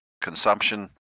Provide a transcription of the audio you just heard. consumption